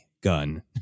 gun